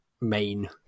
main